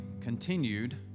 continued